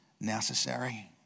necessary